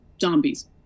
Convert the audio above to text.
zombies